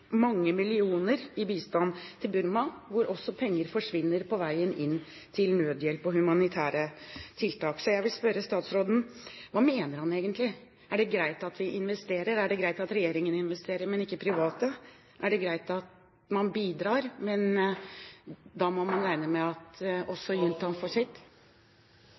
mange millioner i bistand til Burma, hvor også penger til nødhjelp og humanitære tiltak forsvinner på veien inn. Så jeg vil spørre statsråden: Hva mener han egentlig? Er det greit at vi investerer – er det greit at regjeringen investerer, men ikke private? Er det greit at man bidrar, men da må man regne med at også